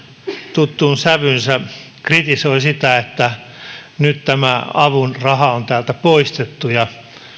tuttuun sävyynsä kritisoi sitä että nyt tämä avun raha on täältä poistettu ja